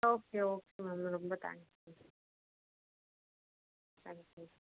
okay okay ma'am ரொம்ப thanks ma'am thank you